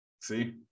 see